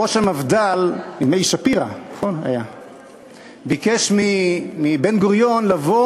ראש המפד"ל, נדמה לי שפירא, ביקש מבן-גוריון שיבוא